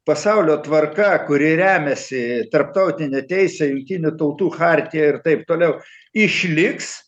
pasaulio tvarka kuri remiasi tarptautine teise jungtinių tautų chartija ir taip toliau išliks